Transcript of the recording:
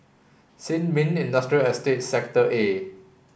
Sin Ming Industrial Estate Sector A